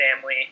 family